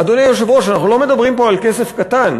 אדוני היושב-ראש, אנחנו לא מדברים פה על כסף קטן,